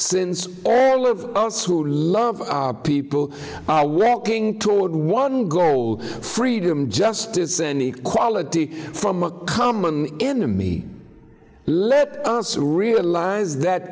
love our people are well king toward one goal freedom justice and equality from a common enemy let us realize that